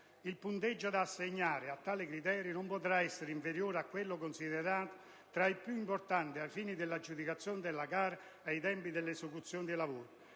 Il punteggio da assegnare a tale criterio non potrà essere inferiore a quello, considerato tra i più importanti ai fini dell'aggiudicazione delle gare, dei tempi di esecuzione dei lavori.